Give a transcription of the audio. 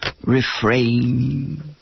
refrain